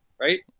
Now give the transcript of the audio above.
right